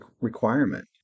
requirement